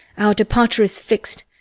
our departure is fixed.